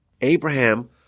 Abraham